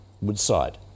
Woodside